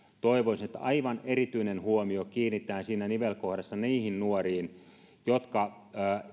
toivoisin että aivan erityinen huomio kiinnitetään siinä nivelkohdassa niihin nuoriin jotka